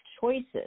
choices